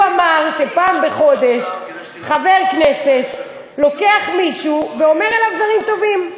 הוא אמר שפעם בחודש חבר כנסת לוקח מישהו ואומר עליו דברים טובים.